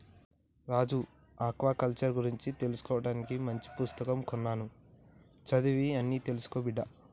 రాజు aquaculture గురించి తెలుసుకోవానికి మంచి పుస్తకం కొన్నాను చదివి అన్ని తెలుసుకో బిడ్డా